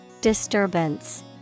Disturbance